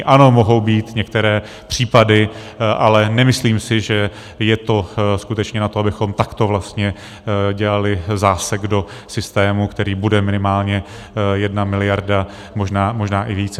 Ano, mohou být některé případy, ale nemyslím si, že je to skutečně na to, abychom takto dělali zásek do systému, který bude minimálně jedna miliarda, možná i více.